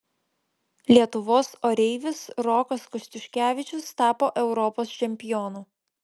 lietuvos oreivis rokas kostiuškevičius tapo europos čempionu